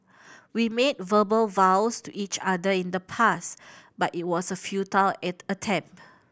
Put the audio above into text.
we made verbal vows to each other in the past but it was a futile attempt